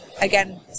again